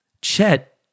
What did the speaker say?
Chet